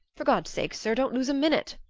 for god's sake, sir, don't lose a minute.